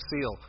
seal